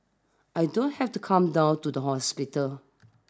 I don't have to come down to the hospital